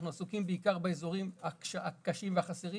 אנחנו עסוקים בעיקר באזורים הקשים והחסרים,